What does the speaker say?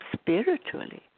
spiritually